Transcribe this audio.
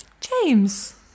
James